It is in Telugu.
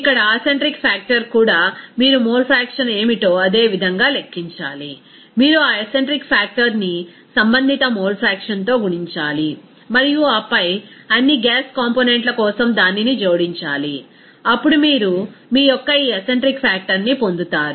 ఇక్కడ అసెంట్రిక్ ఫాక్టర్ కూడా మీరు మోల్ ఫ్రాక్షన్ ఏమిటో అదే విధంగా లెక్కించాలి మీరు ఆ అసెంట్రిక్ ఫాక్టర్ ని సంబంధిత మోల్ ఫ్రాక్షన్ తో గుణించాలి మరియు ఆపై అన్ని గ్యాస్ కాంపోనెంట్ల కోసం దానిని జోడించాలి అప్పుడు మీరు మీ యొక్క ఈ అసెంట్రిక్ ఫాక్టర్ ని పొందుతారు